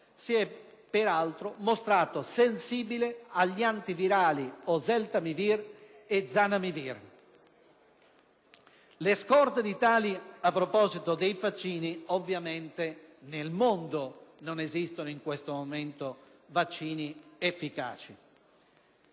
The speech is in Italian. si è peraltro mostrato sensibile agli antivirali oseltamivir e zanamivir. A proposito di vaccini, ovviamente nel mondo non esistono in questo momento vaccini efficaci.